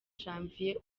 janvier